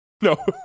No